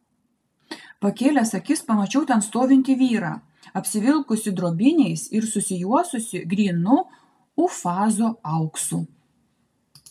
pakėlęs akis pamačiau ten stovintį vyrą apsivilkusį drobiniais ir susijuosusį grynu ufazo auksu